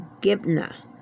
Gibna